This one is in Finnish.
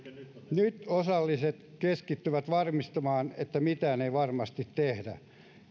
nyt osalliset keskittyvät varmistamaan että mitään ei varmasti tehdä